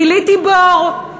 גיליתי בור.